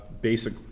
basic